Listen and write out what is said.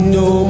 no